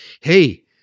hey